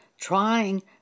trying